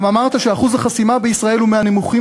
גם אמרת ש"אחוז החסימה בישראל הוא מהנמוכים